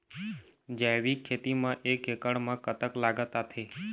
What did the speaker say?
जैविक खेती म एक एकड़ म कतक लागत आथे?